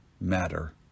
matter